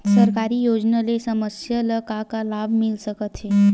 सरकारी योजना ले समस्या ल का का लाभ मिल सकते?